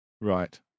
Right